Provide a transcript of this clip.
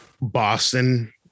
Boston